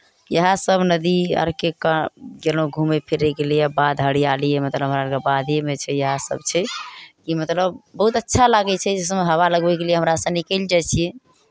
इएहसभ नदी आरके कात गेलहुँ घूमय फिरयके लिए बाध हरियाली मतलब हमरा आरकेँ बाधेमे छै इएहसभ छै कि मतलब बहुत अच्छा लागै छै एहि सभमे हवा लगबयके लिए हमरा सभ निकलि जाइ छियै